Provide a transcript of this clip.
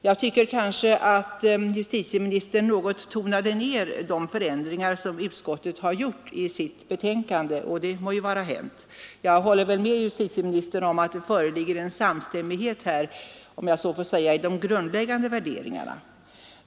Jag tycker kanske att justitieministern något tonade ned de förändringar som utskottet har gjort i sitt betänkande, och det må vara hänt att han gör det. Jag håller med justitieministern om att det föreligger en samstämmighet, om jag får uttrycka mig så, i de grundläggande värderingarna.